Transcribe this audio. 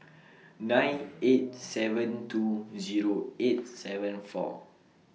nine eight seven two Zero eight seven four